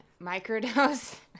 Microdose